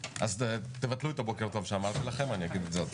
2 באוגוסט 2021. הנושא הראשון בסדר